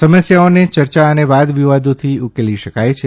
સમસ્યાઓને ચર્ચા અને વાદ વિવાદોથી ઉકેલી શકાય છે